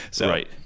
Right